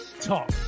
talk